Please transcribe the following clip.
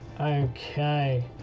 Okay